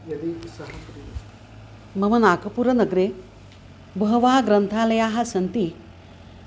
यदि सः मम नागपुरनगरे बहवः ग्रन्थालयाः सन्ति